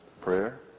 Prayer